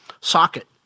socket